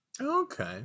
Okay